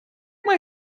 mal